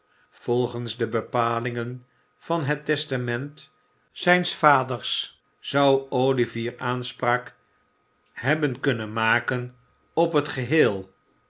volgens de bepalingen van het testament zijns vaders zou olivier aanspraak hebben kunnen maken op het geheel